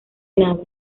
nada